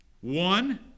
one